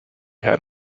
had